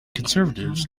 conservatives